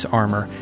armor